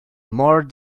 more